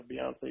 Beyonce